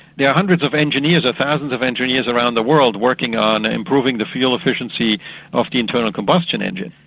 there are hundreds of engineers or thousands of engineers around the world working on improving the fuel efficiency of the internal combustion engine.